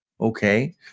Okay